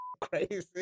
crazy